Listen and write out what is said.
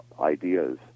ideas